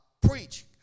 preach